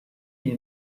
you